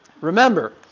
Remember